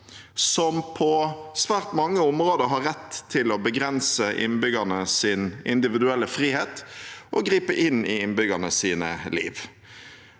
som på svært mange områder har rett til å begrense innbyggernes individuelle frihet og gripe inn i innbyggernes liv.